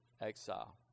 Exile